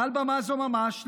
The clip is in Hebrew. מעל במה זו ממש,